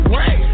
Wait